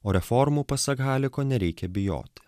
o reformų pasak haliko nereikia bijoti